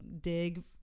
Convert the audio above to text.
dig